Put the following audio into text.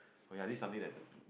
oh ya this is something that